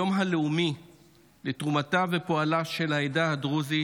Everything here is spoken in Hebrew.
היום הלאומי לתרומתה ופועלה של העדה הדרוזית,